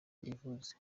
yivuze